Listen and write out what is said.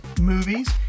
movies